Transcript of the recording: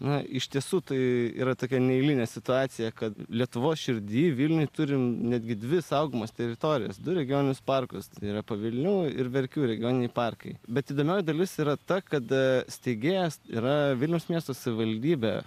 na iš tiesų tai yra tokia neeilinė situacija kad lietuvos širdy vilniuj turim netgi dvi saugomas teritorijas du regioninius parkus yra pavilnių ir verkių regioniniai parkai bet įdomioji dalis yra ta kad steigėjas yra vilniaus miesto savivaldybė